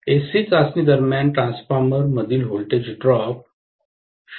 SC चाचणी दरम्यान transformer मधील व्होल्टेज ड्रॉप शून्य आहे का